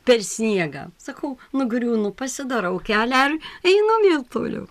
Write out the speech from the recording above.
per sniegą sakau nugriūnu pasidarau kelią ar einu vėl toliau